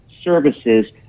services